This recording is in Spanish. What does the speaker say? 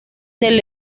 del